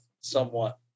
somewhat